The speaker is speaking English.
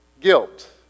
guilt